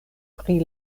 pri